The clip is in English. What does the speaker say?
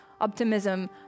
optimism